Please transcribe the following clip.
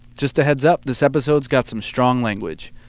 just a heads up, this episode's got some strong language.